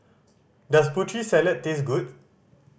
does Putri Salad taste good